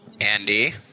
Andy